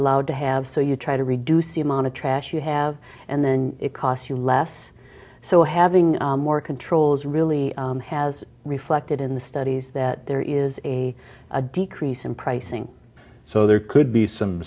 allowed to have so you try to reduce the amount of trash you have and then it costs you less so having more control is really has reflected in the studies that there is a decrease in pricing so there could be some